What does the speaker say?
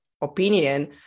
opinion